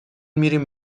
میریم